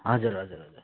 हजुर हजुर हजुर